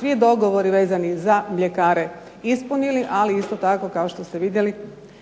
svi dogovori vezani za mljekare ispunili, ali isto tako kao što ste vidjeli